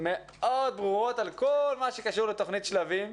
מאוד ברורות על כל מה שקשור לתכנית "שלבים",